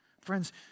friends